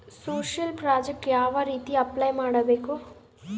Social project ಯಾವ ರೇತಿ apply ಮಾಡಬೇಕು?